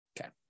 Okay